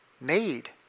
Made